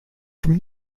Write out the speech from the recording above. from